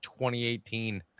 2018